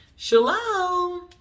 Shalom